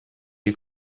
you